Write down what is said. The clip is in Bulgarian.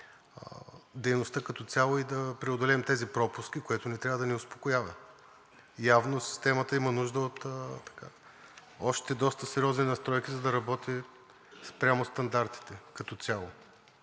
дейността като цяло и да преодолеем тези пропуски, което не трябва да ни успокоява. Явно системата има нужда от още доста сериозни настройки, за да работи спрямо стандартите като цяло.